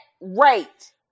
rate